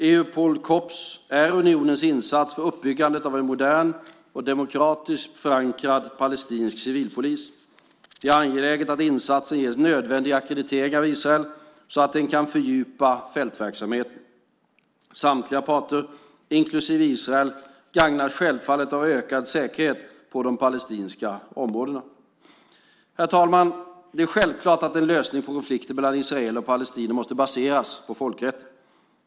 Eupol Copps är unionens insats för uppbyggnad av en modern och demokratiskt förankrad palestinsk civilpolis. Det är angeläget att insatsen ges nödvändig ackreditering av Israel så att den kan fördjupa fältverksamheten. Samtliga parter, inklusive Israel, gagnas självfallet av ökad säkerhet på de palestinska områdena. Herr talman! Det är självklart att en lösning på konflikten mellan israeler och palestinier måste baseras på folkrätten.